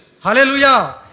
Hallelujah